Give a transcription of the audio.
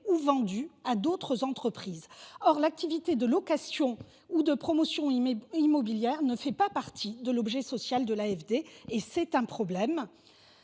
ou vendus à d’autres entreprises. Or l’activité de location ou de promotion immobilière ne fait pas partie de l’objet social de l’AFD ; c’est donc un problème.